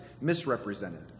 misrepresented